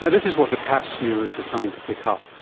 so this is what the pap smear is designed to pick up, ah